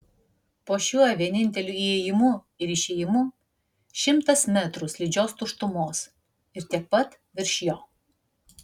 po šiuo vieninteliu įėjimu ir išėjimu šimtas metrų slidžios tuštumos ir tiek pat virš jo